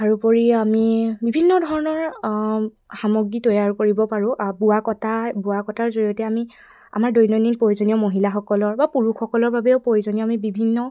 তাৰোপৰি আমি বিভিন্ন ধৰণৰ সামগ্ৰী তৈয়াৰ কৰিব পাৰোঁ বোৱা কটাই বোৱা কটাৰ জৰিয়তে আমি আমাৰ দৈনন্দিন প্ৰয়োজনীয় মহিলাসকলৰ বা পুৰুষসকলৰ বাবেও প্ৰয়োজনীয় আমি বিভিন্ন